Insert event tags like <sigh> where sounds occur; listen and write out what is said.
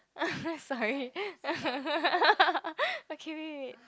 <laughs> sorry <laughs> okay wait wait